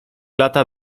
lata